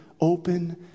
open